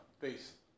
Peace